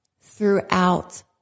throughout